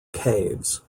caves